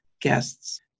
guests